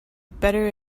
better